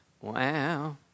Wow